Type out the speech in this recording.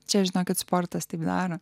čia žinokit sportas tik daro